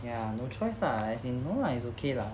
ya no choice lah as in no lah it's okay lah